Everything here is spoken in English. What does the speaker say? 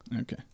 Okay